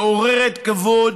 מעוררת כבוד,